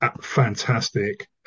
fantastic